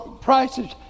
prices